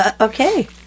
okay